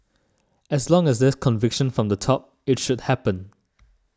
as long as there's conviction from the top it should happen